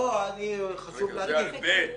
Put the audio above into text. רגע, זה על (ב).